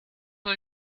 are